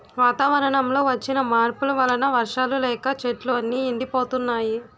వాతావరణంలో వచ్చిన మార్పుల వలన వర్షాలు లేక చెట్లు అన్నీ ఎండిపోతున్నాయి